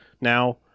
Now